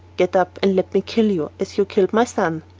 get up and let me kill you as you killed my son.